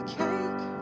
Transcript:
cake